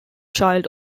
child